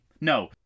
No